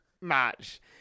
match